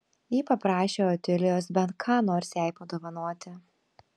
ji paprašė otilijos bent ką nors jai padovanoti